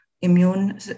immune